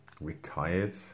Retired